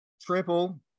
triple